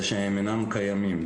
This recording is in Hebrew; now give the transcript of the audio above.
הם אינם קיימים.